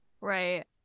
Right